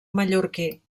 mallorquí